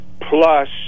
plus